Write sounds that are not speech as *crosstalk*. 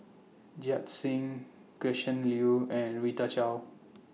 *unintelligible* Singh Gretchen Liu and Rita Chao